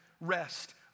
rest